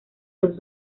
los